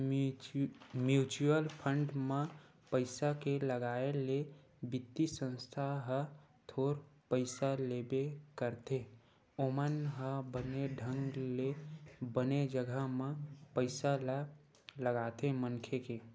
mutual fund म पइसा के लगाए ले बित्तीय संस्था ह थोर पइसा लेबे करथे ओमन ह बने ढंग ले बने जघा म पइसा ल लगाथे मनखे के